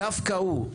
דווקא הוא,